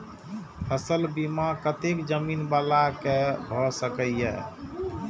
फसल बीमा कतेक जमीन वाला के भ सकेया?